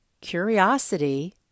curiosity